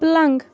پلنٛگ